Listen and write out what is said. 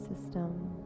system